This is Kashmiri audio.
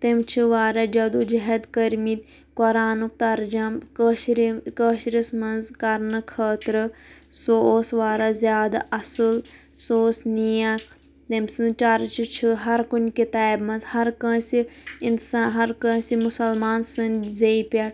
تٔمۍ چھُ واریاہ جدوجہد کٔرمِتۍ قۅرانُک ترجم کٲشرِ کٲشرِس مَنٛز کَرنہٕ خٲطرٕ سُہ اوس واریاہ زِیادٕ اصٕل سُہ اوس نیک تٔمۍ سٕنٛدۍ چَرچہٕ چھِ ہَر کُنہِ کِتابہٕ مَنٛز ہَر کٲنٛسہِ اِنسان ہَر کٲنٛسہِ مُسَلمان سٕنٛدۍ زیٚیہِ پٮ۪ٹھ